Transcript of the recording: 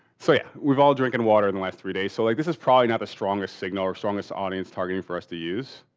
so yeah, we've all been drinking water in the last three days. so, like this is probably not a strongest signal or strongest audience targeting for us to use.